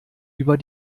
über